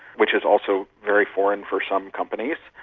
which is also very foreign for some companies.